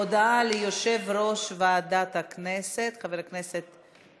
הודעה ליושב-ראש ועדת הכנסת, חבר הכנסת,